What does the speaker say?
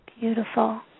Beautiful